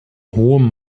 hohem